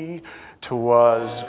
T'was